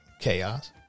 Chaos